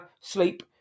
Sleep